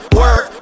work